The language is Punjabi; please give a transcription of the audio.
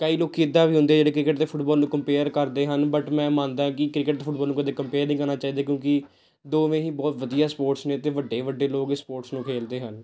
ਕਈ ਲੋਕ ਇੱਦਾਂ ਵੀ ਹੁੰਦੇ ਜਿਹੜੇ ਕ੍ਰਿਕਟ ਅਤੇ ਫੁੱਟਬੋਲ ਨੂੰ ਕੰਪੇਅਰ ਕਰਦੇ ਹਨ ਬਟ ਮੈਂ ਮੰਨਦਾ ਕਿ ਕ੍ਰਿਕਟ ਅਤੇ ਫੁੱਟਬੋਲ ਨੂੰ ਕਦੇ ਕੰਪੇਅਰ ਨਹੀਂ ਕਰਨਾ ਚਾਹੀਦਾ ਕਿਉਂਕਿ ਦੋਵੇਂ ਹੀ ਬਹੁਤ ਵਧੀਆ ਸਪੋਰਟਸ ਨੇ ਅਤੇ ਵੱਡੇ ਵੱਡੇ ਲੋਕ ਇਸ ਸਪੋਰਟਸ ਨੂੰ ਖੇਡਦੇ ਹਨ